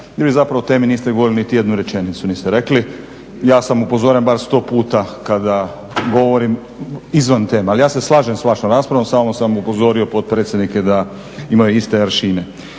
Vi zapravo o temi niste govorili, niti jednu rečenicu niste rekli. Ja sam upozoren barem sto puta kada govorim izvan teme, ali ja se slažem s vašom raspravom, samo sam upozorio potpredsjednike da imaju iste …